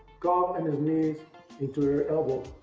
cough and sneeze into your elbow,